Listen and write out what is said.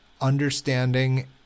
understanding